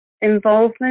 involvement